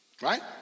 right